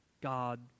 God